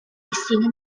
destino